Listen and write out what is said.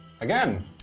Again